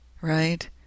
right